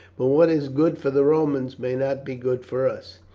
but what is good for the romans may not be good for us.